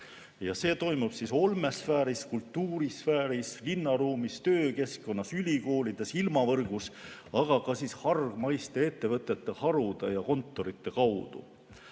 See toimub olmesfääris, kultuurisfääris, linnaruumis, töökeskkonnas, ülikoolides, ilmavõrgus, aga ka hargmaiste ettevõtete harude ja kontorite kaudu.